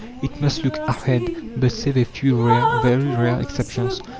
it must look ahead but save a few rare, very rare exceptions,